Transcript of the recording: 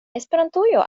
esperantujo